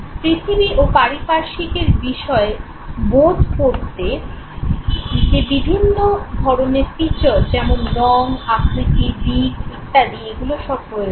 পৃথিবী ও পারিপার্শ্বিকের বিষয়ে বোধ করতে বিভিন্ন ধরণের ফিচার যেমন রঙ আকৃতি দিক ইত্যাদি এগুলো সব প্রয়োজন